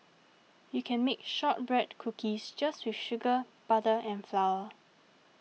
you can bake Shortbread Cookies just with sugar butter and flour